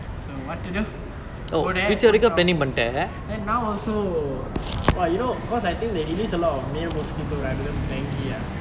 so what to do over there then now also oh you know cause I think they release a lot of male mosquito right because dengue ah